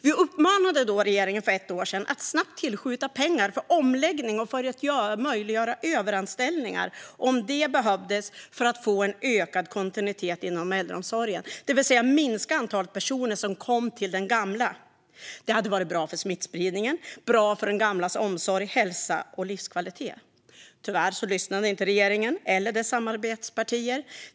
Vi uppmanade då regeringen för ett år sedan att snabbt tillskjuta pengar för omläggning och för att möjliggöra överanställningar om det behövdes för att få en ökad kontinuitet inom äldreomsorgen, det vill säga minska antalet personer som kom till den gamla. Det hade varit bra mot smittspridningen och bra för den gamlas omsorg, hälsa och livskvalitet. Tyvärr lyssnade inte regeringen eller dess samarbetspartier.